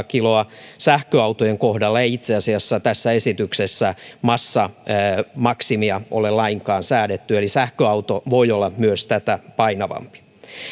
kiloa sähköautojen kohdalla ei itse asiassa tässä esityksessä massamaksimia ole lainkaan säädetty eli sähköauto voi olla myös tätä painavampi